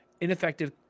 ineffective